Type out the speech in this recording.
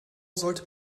sollte